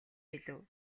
хэлэв